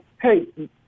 hey